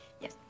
Yes